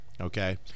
okay